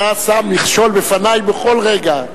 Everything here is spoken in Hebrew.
אתה שם מכשול בפני בכל רגע.